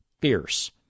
fierce